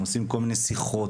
עושים כל מיני שיחות.